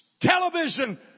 television